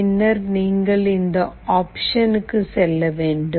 பின்னர் நீங்கள் இந்த ஆப்ஷன் க்கு செல்ல வேண்டும்